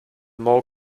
more